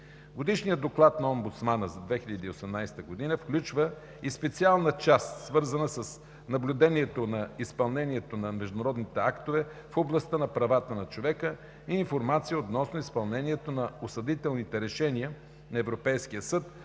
Годишният доклад на омбудсмана за 2018 г. включва и специална част, свързана с наблюдението на изпълнението на международните актове в областта на правата на човека, и информация относно изпълнението на осъдителните решения на Европейския съд